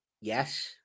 Yes